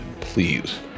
please